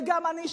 וגם אני,